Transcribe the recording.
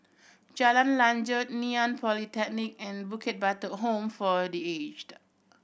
Jalan Lanjut Ngee Ann Polytechnic and Bukit Batok Home for The Aged